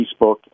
Facebook